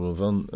van